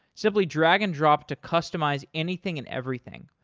simply drag and drop to customize anything and everything.